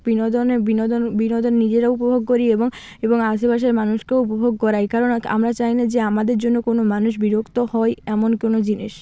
বিনোদনে বিনোদন বিনোদন নিজেরাও উপভোগ করি এবং এবং আশেপাশের মানুষকেও উপভোগ করাই কারণ আমরা চাই না যে আমাদের জন্য কোনো মানুষ বিরক্ত হয় এমন কোনো জিনিস